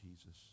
Jesus